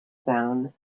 sound